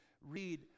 read